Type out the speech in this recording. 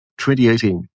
2018